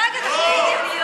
רגע, תחליטי.